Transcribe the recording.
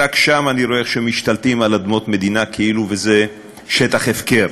רק שם אני רואה איך משתלטים על אדמות מדינה כאילו זה שטח הפקר.